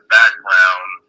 background